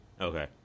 Okay